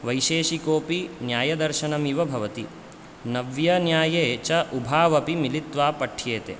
वैशेषिकोऽपि न्यायदर्शनमिव भवति नव्यन्याये च उभावपि मिलित्वा पठ्येते